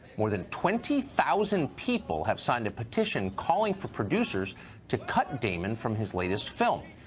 more than twenty thousand people have signed a petition calling for producers to cut damon from his latest film.